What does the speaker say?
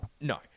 No